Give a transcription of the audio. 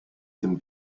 tym